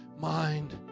mind